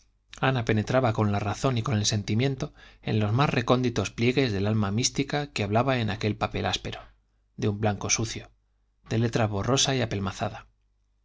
ana penetraba con la razón y con el sentimiento en los más recónditos pliegues del alma mística que hablaba en aquel papel áspero de un blanco sucio de letra borrosa y apelmazada